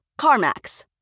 CarMax